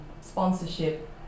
sponsorship